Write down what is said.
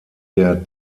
der